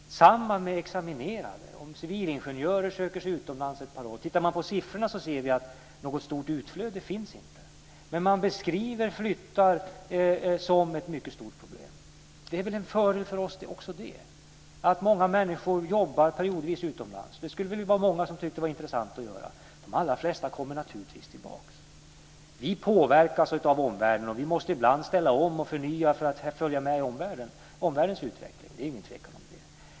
Detsamma gäller de utexaminerade, det här med att t.ex. civilingenjörer söker sig utomlands ett par år. Tittar vi på siffrorna ser vi att det inte finns något stort utflöde. Men man beskriver flyttar som ett mycket stort problem. Det är väl en fördel för oss också det; att många människor periodvis jobbar utomlands. Det borde det vara många som tycker att det är intressant att göra. De allra flesta kommer naturligtvis tillbaka. Vi påverkas av omvärlden, och vi måste ibland ställa om och förnya för att följa med i omvärldens utveckling. Det är ingen tvekan om det.